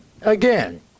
Again